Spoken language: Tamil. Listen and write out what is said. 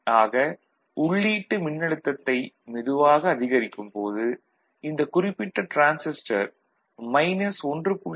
ஆக உள்ளீட்டு மின்னழுத்தத்தை மெதுவாக அதிகரிக்கும் போது இந்த குறிப்பிட்ட டிரான்சிஸ்டர் மைனஸ் 1